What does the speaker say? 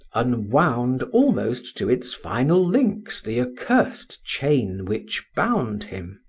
unwound almost to its final links the accursed chain which bound him.